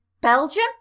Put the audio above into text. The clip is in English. Belgium